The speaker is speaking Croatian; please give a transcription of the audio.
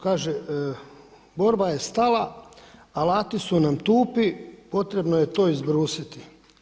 Kaže – borba je stala, alati su nam tupi, potrebno je to izbrusiti.